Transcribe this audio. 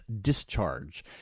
discharge